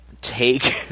take